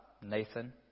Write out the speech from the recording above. Nathan